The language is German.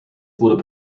wurde